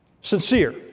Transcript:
sincere